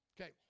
Okay